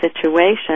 situation